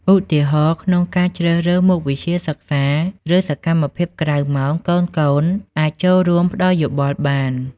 ឧទាហរណ៍ ក្នុងការជ្រើសរើសមុខវិជ្ជាសិក្សា ឬសកម្មភាពក្រៅម៉ោង កូនៗអាចចូលរួមផ្ដល់យោបល់បាន។